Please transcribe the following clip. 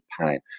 pain